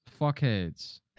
Fuckheads